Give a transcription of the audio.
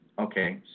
okay